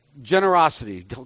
generosity